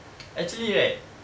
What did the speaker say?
actually right